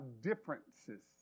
differences